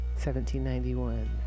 1791